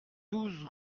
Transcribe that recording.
douze